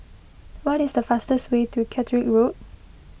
what is the fastest way to Catterick Road